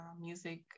Music